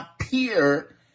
appear